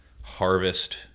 harvest